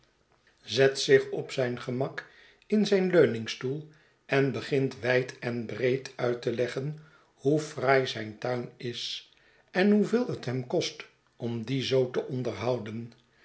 zet zich op zijn gemak in zijn leuningstoel en begint wijd en breed uit te leggen hoe fraai zijn tuin is en hoeveel het hem kost om dien zoo te onderhouden